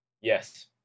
Yes